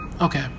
Okay